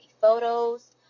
photos